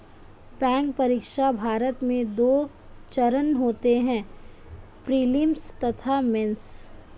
bank परीक्षा, भारत में दो चरण होते हैं प्रीलिम्स तथा मेंस